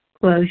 close